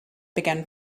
began